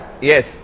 Yes